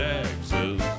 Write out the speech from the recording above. Texas